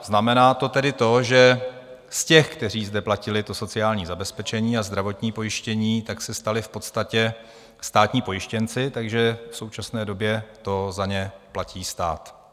Znamená to tedy to, že z těch, kteří zde platili sociální zabezpečení a zdravotní pojištění, se stali státní pojištěnci, takže v současné době to za ně platí stát.